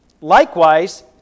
Likewise